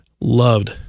loved